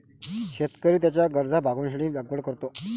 शेतकरी त्याच्या गरजा भागविण्यासाठी लागवड करतो